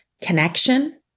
connection